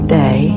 day